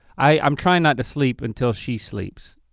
i'm trying not to sleep until she sleeps.